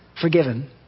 Forgiven